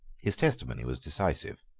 his testimony was decisive.